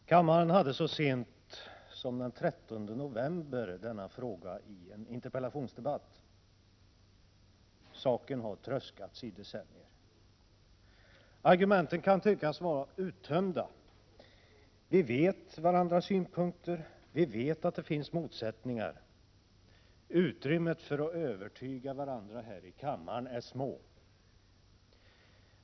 Herr talman! Kammaren tog så sent som den 13 november upp denna fråga i en interpellationsdebatt. Saken har tröskats i decennier. Argumenten kan tyckas vara uttömda. Vi vet varandras synpunkter, och vi vet att det finns motsättningar. Utrymmet för att övertyga varandra här i kammaren är små.